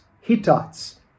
Hittites